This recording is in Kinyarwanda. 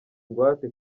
ingwate